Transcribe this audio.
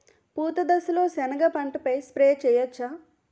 పూత దశలో సెనగ పంటపై స్ప్రే చేయచ్చా?